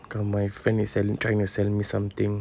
come my friend is sell trying to sell me something